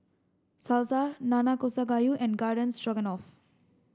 Salsa Nanakusa Gayu and Garden Stroganoff